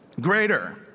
greater